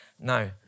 No